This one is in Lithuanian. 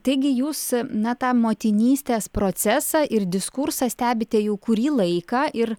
taigi jūs na tą motinystės procesą ir diskursą stebite jau kurį laiką ir